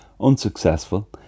Unsuccessful